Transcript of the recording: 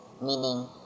meaning